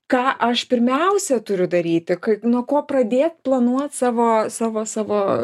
ką aš pirmiausia turiu daryti kaip nuo ko pradėt planuot savo savo savo